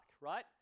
right